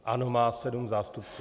ANO má sedm zástupců.